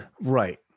right